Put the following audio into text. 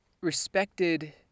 respected